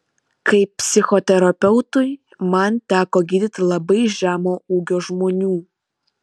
kaip psichoterapeutui man teko gydyti labai žemo ūgio žmonių